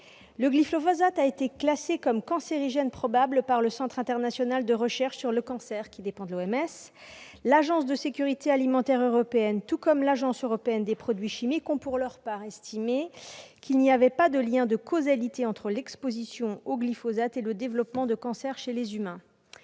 Le glyphosate a été classé comme cancérigène probable par le Centre international de recherche sur le cancer, qui dépend de l'OMS. L'Agence européenne de sécurité des aliments tout comme l'Agence européenne des produits chimiques ont pour leur part estimé qu'il n'y avait pas de lien de causalité entre l'exposition au glyphosate et le développement de cancers chez les humains.